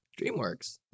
DreamWorks